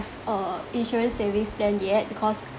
uh insurance savings plan yet because